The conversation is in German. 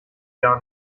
gar